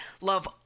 Love